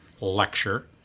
lecture